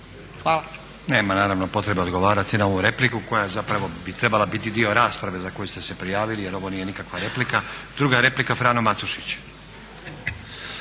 (SDP)** Nema naravno potrebe odgovarati na ovu repliku koja zapravo bi trebala biti dio rasprave za koju ste se prijavili jer ovo nije nikakva replika. Druga replika Frano Matušić.